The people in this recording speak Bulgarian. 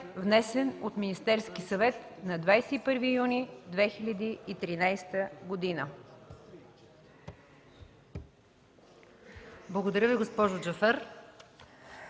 внесен от Министерския съвет на 21 юни 2013 г.”